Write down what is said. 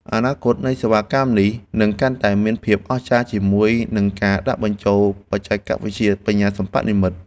អនាគតនៃសេវាកម្មនេះនឹងកាន់តែមានភាពអស្ចារ្យជាមួយនឹងការដាក់បញ្ចូលបច្ចេកវិទ្យាបញ្ញាសិប្បនិម្មិត។